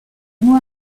mot